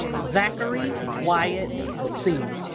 zachary wyatt see